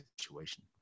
situation